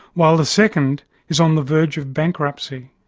while the second is on the verge of bankruptcy.